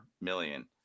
million